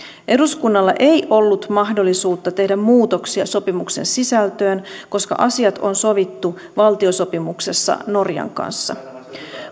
eduskunnalla ei ollut mahdollisuutta tehdä muutoksia sopimuksen sisältöön koska asiat on sovittu valtiosopimuksessa norjan kanssa